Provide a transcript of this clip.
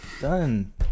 done